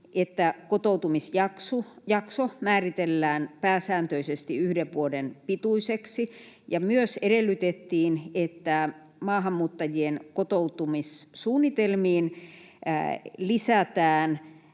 että kotoutumisjakso määritellään pääsääntöisesti yhden vuoden pituiseksi ja että maahanmuuttajien kotoutumissuunnitelmiin lisätään